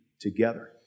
together